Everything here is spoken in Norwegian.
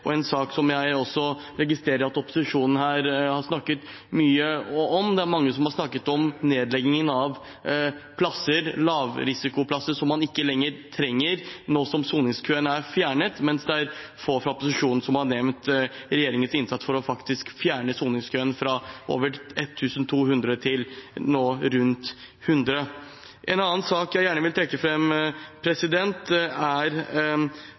resultater. En sak som jeg registrerer at også mange i opposisjonen her har snakket mye om, er nedlegging av plasser, lavrisikoplasser, som man ikke lenger trenger nå som soningskøene er fjernet. Men det er få fra opposisjonen som har nevnt regjeringens innsats for faktisk å ha fjernet soningskøen, fra over 1 200 til nå rundt 100. En annen sak jeg gjerne vil trekke fram, er